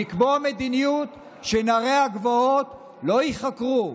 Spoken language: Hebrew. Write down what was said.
לקבוע מדיניות שנערי הגבעות לא ייחקרו,